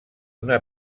una